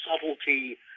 subtlety